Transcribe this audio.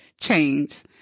change